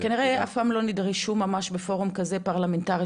כנראה אף פעם לא נדרשו ממש בפורום כזה פרלמנטרי,